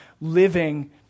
living